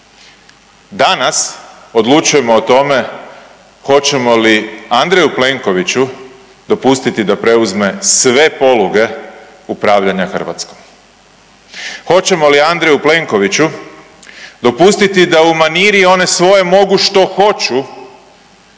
danas odlučujemo o tome hoćemo li Andreju Plenkoviću dopustiti da preuzme sve poluge upravljanja Hrvatskom, hoćemo li Andreju Plenkoviću dopustiti da u maniri one svoje mogu što hoću